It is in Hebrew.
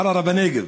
ערערה בנגב.